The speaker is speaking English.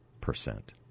percent